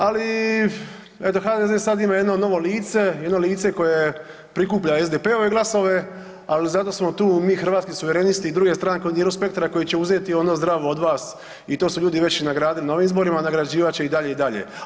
Ali eto HDZ sad ima jedno novo lice, jedno lice koje prikuplja SDP-ove glasove, al zato smo tu mi Hrvatski suverenisti i druge stranke u … [[Govornik se ne razumije]] spektara koji će uzeti ono zdravo od vas i to su ljudi već i nagradili na ovim izborima, nagrađivat će i dalje i dalje.